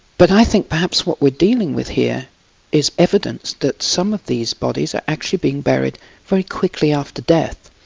but i think perhaps what we're dealing with here is evidence that some of these bodies are actually being buried very quickly after death,